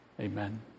amen